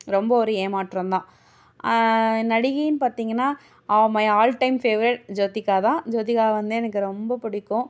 ரொம்ப ஒரு ஏமாற்றம் தான் நடிகைன்னு பார்த்திங்கன்னா my all time favourite Jyothika தான் ஜோதிகாவை வந்து எனக்கு ரொம்ப பிடிக்கும்